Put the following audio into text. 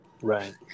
Right